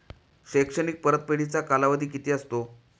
शैक्षणिक परतफेडीचा कालावधी किती असतो?